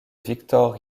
viktor